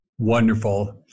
Wonderful